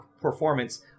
performance